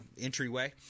entryway